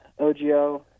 OGO